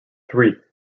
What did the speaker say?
three